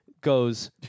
goes